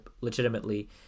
legitimately